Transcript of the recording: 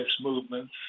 movements